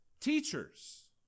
teachers